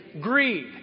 Greed